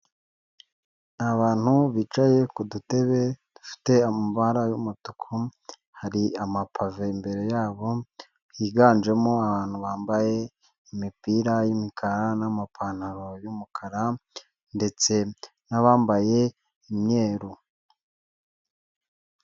Abantu bicaye ku dutebe dufite amabara y'umutuku, hari amapave imbere yabo, higanjemo abantu bambaye imipira y'imikara n'amapantaro y'umukara, ndetse n'abambaye imyeru.